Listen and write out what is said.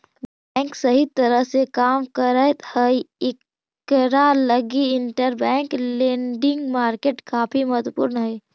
bank सही तरह से काम करैत हई इकरा लगी इंटरबैंक लेंडिंग मार्केट काफी महत्वपूर्ण हई